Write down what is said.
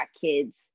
kids